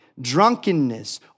drunkenness